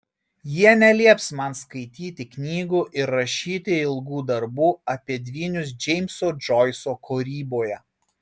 jie nelieps man skaityti knygų ir rašyti ilgų darbų apie dvynius džeimso džoiso kūryboje